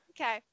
Okay